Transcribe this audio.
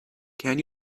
can